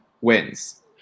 wins